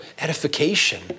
edification